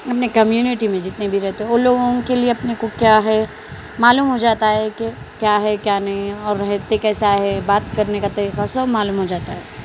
اپنے کمیونٹی میں جتنے بھی رہتے ہیں ان لوگوں کے لیے اپنے کو کیا ہے معلوم ہو جاتا ہے کہ کیا ہے کیا نہیں ہے اور رہتے کیسا ہے بات کرنے کا طریقہ سب معلوم ہو جاتا ہے